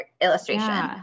illustration